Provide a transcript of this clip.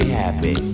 happy